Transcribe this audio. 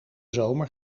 zomer